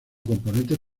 componentes